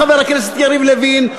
חבר הכנסת יריב לוין,